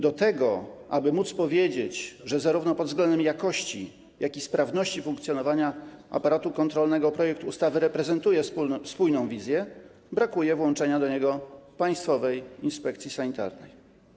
Do tego, aby móc powiedzieć, że pod względem zarówno jakości, jak i sprawności funkcjonowania aparatu kontrolnego projekt ustawy reprezentuje spójną wizję, brakuje włączenia do niego Państwowej Inspekcji Sanitarnej.